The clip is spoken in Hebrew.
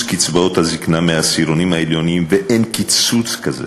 קצבאות הזיקנה לעשירונים העליונים וכי אין קיצוץ כזה.